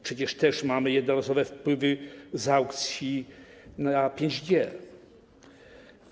Przecież też mamy jednorazowe wpływy z aukcji na 5G.